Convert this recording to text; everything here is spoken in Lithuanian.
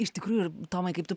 iš tikrųjų ir tomai kaip tu